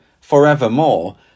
forevermore